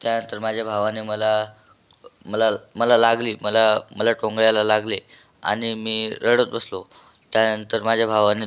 त्यानंतर माझ्या भावाने मला मला मला लागली मला टोंगळ्याला लागले आणि मी रडत बसलो त्याच्यानंतर माझ्या भावाने